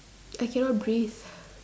I cannot breathe